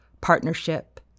partnership